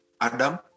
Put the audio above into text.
Adam